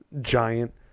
giant